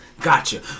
gotcha